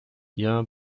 jahr